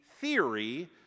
theory